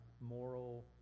moral